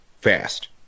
fast